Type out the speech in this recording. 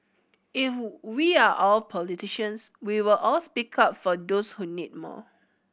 if we are all politicians we will all speak up for those who need more